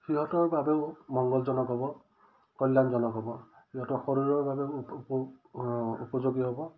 সিহঁতৰ বাবেও মংগলজনক হ'ব কল্যাণজনক হ'ব সিহঁতৰ শৰীৰৰ বাবেও উপ উপযোগী হ'ব